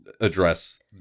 address